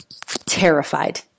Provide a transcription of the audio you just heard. terrified